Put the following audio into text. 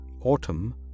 autumn